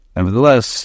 Nevertheless